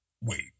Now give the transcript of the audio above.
Wait